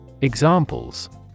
Examples